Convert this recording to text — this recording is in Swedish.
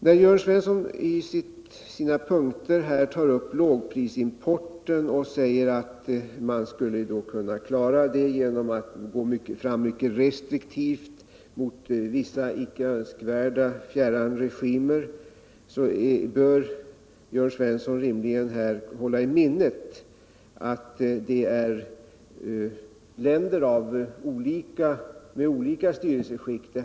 När Jörn Svensson i sina punkter här tar upp lågprisimporten och säger att man skulle kunna klara den genom att gå fram mycket restriktivt mot vissa icke önskvärda fjärran regimer, bör han rimligen hålla i minnet att det här är fråga om länder med olika styrelseskick.